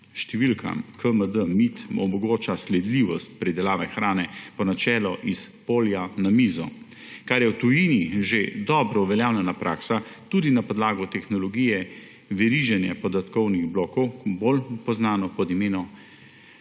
Številka KMG-MID omogoča sledljivost pridelave hrane po načelu s polja na mizo, kar je v tujini že dobro uveljavljena praksa, tudi na podlagi tehnologije veriženja podatkovnih blokov, bolj poznane pod imenom